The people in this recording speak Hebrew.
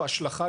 התחום השלישי,